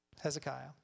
Hezekiah